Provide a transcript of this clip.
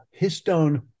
histone